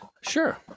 Sure